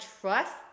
trust